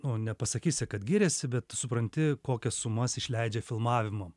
nu nepasakysi kad giriasi bet tu supranti kokias sumas išleidžia filmavimam